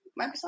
Microsoft